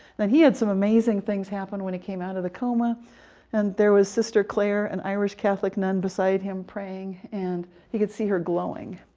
and he had some amazing things happen, when he came out of the coma and there there was sister claire, an irish catholic nun beside him praying, and he could see her glowing.